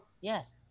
Yes